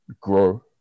grow